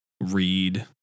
read